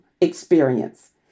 experience